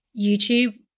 YouTube